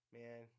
man